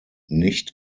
nicht